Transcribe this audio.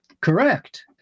Correct